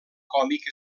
còmic